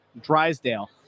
Drysdale